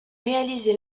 réalisé